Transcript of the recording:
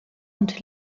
und